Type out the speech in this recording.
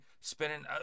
spinning